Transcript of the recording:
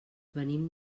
venim